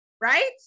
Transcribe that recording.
right